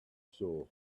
saw